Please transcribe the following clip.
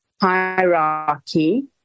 hierarchy